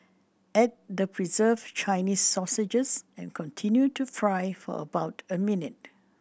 add the preserved Chinese sausage and continue to fry for about a minute